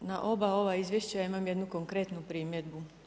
Na oba ova izvješća imam jednu konkretnu primjedbu.